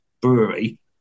Brewery